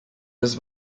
ist